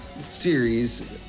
series